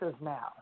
now